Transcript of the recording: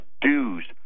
dues